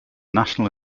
national